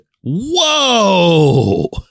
whoa